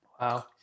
wow